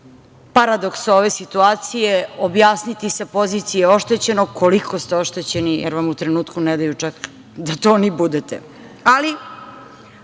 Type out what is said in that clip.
paradoks ove situacije, objasniti sa pozicije oštećenog koliko ste oštećeni, jer vam u trenutku ne daju čak da to ni budete. Ali,